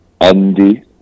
Andy